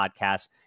podcast